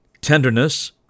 tenderness